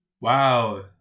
Wow